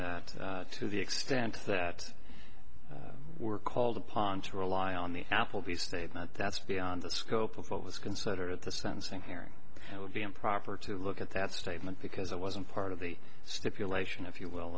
that to the extent that we're called upon to rely on the appleby's statement that's beyond the scope of what was considered at the sentencing hearing it would be improper to look at that statement because it wasn't part of the stipulation if you will